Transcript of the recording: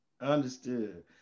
Understood